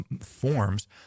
forms